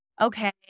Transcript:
okay